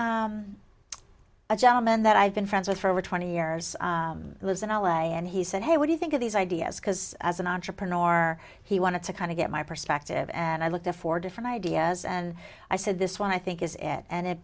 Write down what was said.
a gentleman that i've been friends with for over twenty years who lives in l a and he said hey what do you think of these ideas because as an entrepreneur he wanted to kind of get my perspective and i looked at four different ideas and i said this one i think is it and it